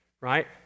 right